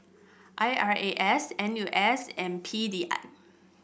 I R A S N U S and P D I